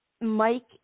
Mike